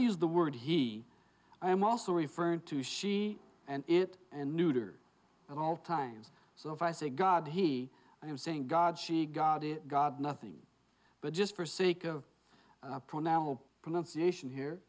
use the word he i am also referring to she and it and neuter at all times so if i say god he was saying god she got it god nothing but just for sake of pronoun or pronunciation here